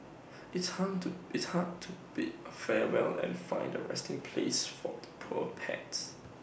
it's hard to it's hard to bid A farewell and find A resting place for the poor pets